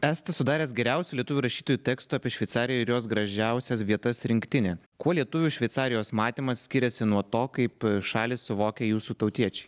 esate sudaręs geriausių lietuvių rašytojų tekstų apie šveicariją ir jos gražiausias vietas rinktinę kuo lietuvių šveicarijos matymas skiriasi nuo to kaip šalį suvokia jūsų tautiečiai